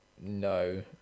no